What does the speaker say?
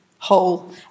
whole